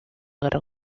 guerra